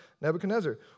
Nebuchadnezzar